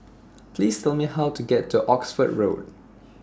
Please Tell Me How to get to Oxford Road